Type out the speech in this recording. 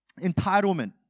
entitlement